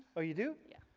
ah you do? yeah.